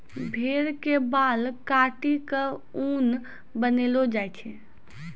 भेड़ के बाल काटी क ऊन बनैलो जाय छै